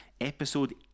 Episode